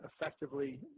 effectively